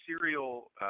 serial